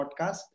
podcast